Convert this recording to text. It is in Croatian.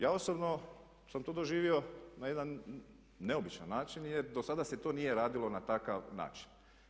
Ja osobno sam to doživio na jedan neobičan način jer do sada se to nije radilo na takav način.